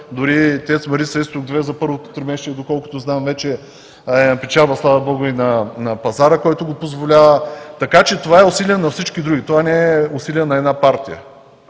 Дори ТЕЦ „Марица изток 2“ за първото тримесечие доколкото знам, вече е на печалба, слава Богу, и на пазара, който го позволява. Така че това е усилие на всички други, това не е усилие на една партия,